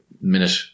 minute